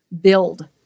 build